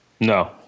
No